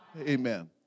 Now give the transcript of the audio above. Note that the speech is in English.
Amen